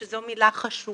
שזו מילה חשובה.